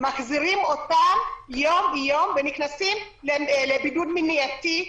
מחזירים אותם יום יום והם נכנסים לבידוד מניעתי.